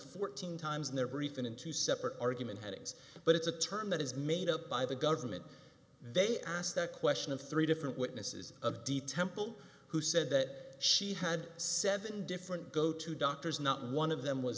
fourteen times in their brief and in two separate argument headings but it's a term that is made up by the government they asked that question of three different witnesses of d temple who said that she had seven different go to doctors not one of them was